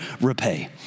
repay